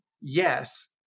yes